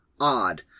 odd